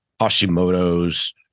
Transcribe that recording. Hashimoto's